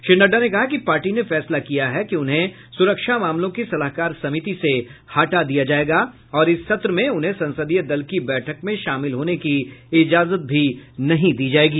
श्री नड्डा ने कहा कि पार्टी ने फैसला किया है कि उन्हें सुरक्षा मामलों की सलाहकार समिति से हटा दिया जाएगा और इस सत्र में उन्हें संसदीय दल की बैठक में शामिल होने की इजाजत भी नहीं दी जाएगी